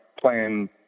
playing